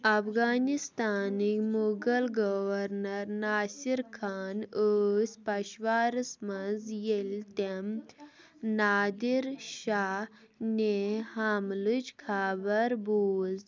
افغانِستانٕکۍ Mughal governor Nasir Khan ٲسۍ پَشوارَس منٛز ییٚلہِ تِم نادِر شاہ نہِ حملٕچ خبر بوٗز